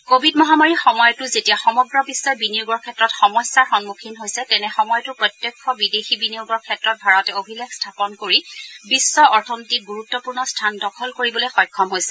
covid মহামাৰীৰ সময়তো যেতিয়া সমগ্ৰ বিশ্বই বিনিয়োগৰ ক্ষেত্ৰত সমস্যাৰ সন্মখীন হৈছে তেনে সময়তো প্ৰত্যক্ষ বিদেশী বিনিয়োগৰ ক্ষেত্ৰত ভাৰতে অভিলেখ স্থাপন কৰি বিশ্ব অথনীতিত গুৰুত্বপূৰ্ণ স্থান দখল কৰিবলৈ সক্ষম হৈছে